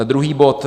Druhý bod.